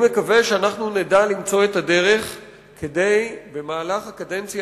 אני מקווה שנדע למצוא את הדרך במהלך הקדנציה